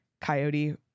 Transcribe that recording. coyote